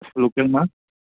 local মাছ